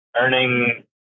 earning